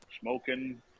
smoking